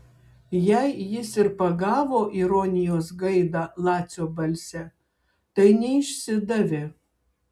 jei jis ir pagavo ironijos gaidą lacio balse tai neišsidavė